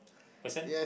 person